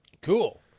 Cool